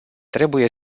trebuie